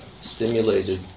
stimulated